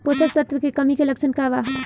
पोषक तत्व के कमी के लक्षण का वा?